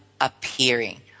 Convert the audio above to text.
appearing